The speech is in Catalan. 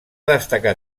destacar